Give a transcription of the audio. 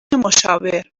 مشاور